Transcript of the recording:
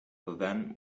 then